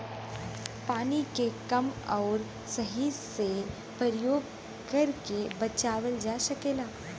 पानी के कम आउर सही से परयोग करके बचावल जा सकल जाला